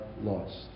lost